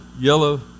yellow